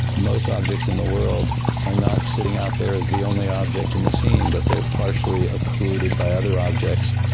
most objects in the world are not sitting out there as the only object in the scene but they are partially occluded by other objects.